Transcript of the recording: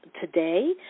today